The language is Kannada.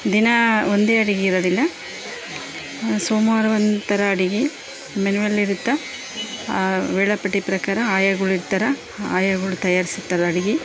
ದಿನಾ ಒಂದೇ ಅಡುಗೆ ಇರೋದಿಲ್ಲ ಸೋಮವಾರ ಒಂಥರ ಅಡುಗೆ ಮೆನು ಅಲ್ಲಿ ಇರುತ್ತೆ ಆ ವೇಳಾಪಟ್ಟಿ ಪ್ರಕಾರ ಆಯಾಗಳಿರ್ತಾರೆ ಆಯಾಗಳ್ ತಯಾರ್ಸಿರ್ತಾರೆ ಅಡುಗೆ